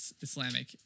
Islamic